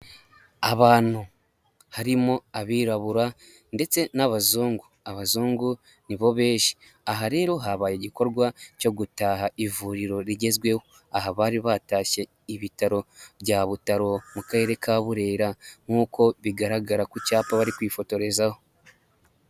Abantu, harimo abirabura ndetse n'abazungu, abazungu nibo benshi, aha rero habaye igikorwa cyo gutaha ivuriro rigezweho, aha bari batashye ibitaro bya Butaro, mu Karere ka Burera nk'uko bigaragara ku cyapa bari kwifotorezaho.